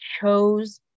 chose